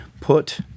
put